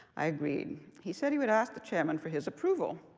i agreed. he said he would ask the chairman for his approval.